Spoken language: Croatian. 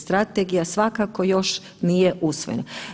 Strategija svakako još nije usvojena.